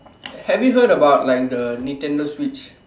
have you heard about like the Nintendo-Switch